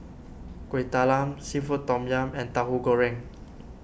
Kuih Talam Seafood Tom Yum and Tauhu Goreng